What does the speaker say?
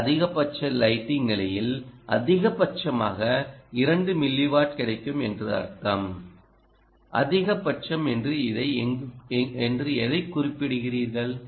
நல்ல அதிகபட்ச லைட்டிங் நிலையில் அதிகபட்சமாக 2 மில்லிவாட் கிடைக்கும் என்று அர்த்தம் அதிகபட்சம் என்று எதைக் குறிப்பிடுகிறீர்கள்